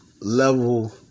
level